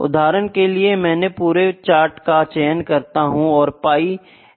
उदाहरण के लिए मैंने पुरे चार्ट का चयन करता हूँ और पाई एक्सप्लोसिऑन करता हूँ